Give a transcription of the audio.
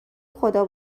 خدا